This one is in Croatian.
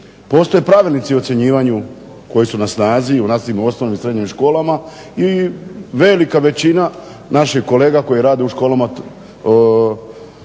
Postoje pravilnici o ocjenjivanju koji su na snazi u našim osnovnim i srednjim školama i velika većina naših kolega koji rade u školama